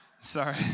Sorry